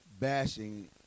bashing